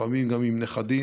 לפעמים גם עם נכדים.